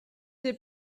des